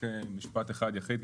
אוקיי משפט אחד יחיד.